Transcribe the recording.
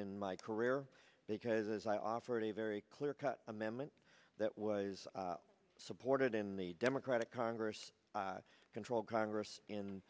in my career because as i offered a very clear cut amendment that was supported in the democratic congress controlled congress in